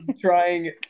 trying